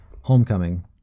homecoming